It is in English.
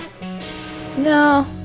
No